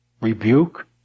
rebuke